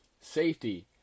Safety